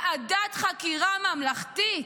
ועדת חקירה ממלכתית.